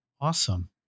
Awesome